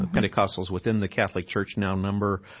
pentecostals within the catholic church now number,